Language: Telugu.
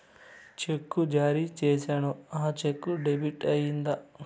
చెక్కు జారీ సేసాను, ఆ చెక్కు డెబిట్ అయిందా